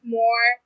more